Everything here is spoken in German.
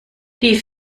die